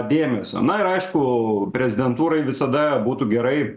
dėmesio na ir aišku prezidentūrai visada būtų gerai